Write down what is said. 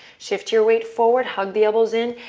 shift your weight forward, hug the elbows in,